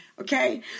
Okay